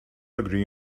agree